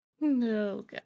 No